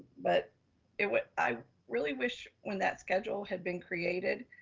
but it went, i really wish when that schedule had been created,